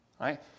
Right